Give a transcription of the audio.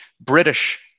British